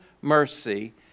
mercy